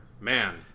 man